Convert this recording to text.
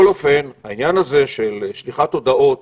העניין של שליחת הודעות